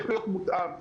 להזכירכם,